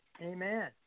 Amen